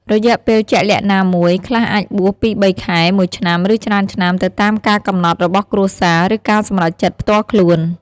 រយៈពេលជាក់លាក់ណាមួយ ខ្លះអាចបួសពីរបីខែ មួយឆ្នាំ ឬច្រើនឆ្នាំ ទៅតាមការកំណត់របស់គ្រួសារ ឬការសម្រេចចិត្តផ្ទាល់ខ្លួន។